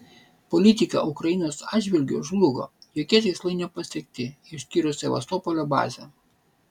politika ukrainos atžvilgiu žlugo jokie tikslai nepasiekti išskyrus sevastopolio bazę